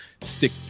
stick